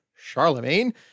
Charlemagne